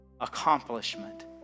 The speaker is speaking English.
accomplishment